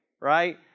right